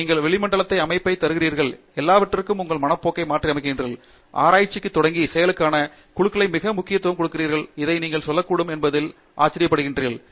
நீங்கள் வளிமண்டலத்தில் அமைப்பை தருகிறீர்கள் எல்லாவற்றிற்கும் உங்கள் மனப்போக்கை மாற்றியமைக்கிறீர்கள் ஆராய்ச்சிக்குத் தொடங்கி செயலூக்கமான குழுக்களுக்கு மிகவும் முக்கியத்துவம் கொடுக்கிறீர்கள் அதை நீங்கள் சொல்லக்கூடும் என்பதில் ஆச்சரியப்படுவீர்கள்